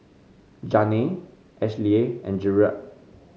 Janay Ashlea and Jerrad